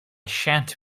shan’t